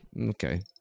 Okay